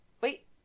wait